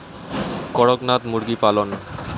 করকনাথ মুরগি পালন?